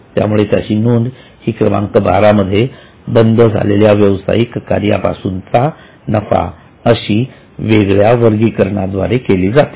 त्यामुळे त्याची नोंद ही क्रमांक 12 मध्ये बंद झालेल्या व्यावसायिक कार्यापासूनचा नफा अशी वेगळ्या वर्गीकरणाद्वारे केली जाते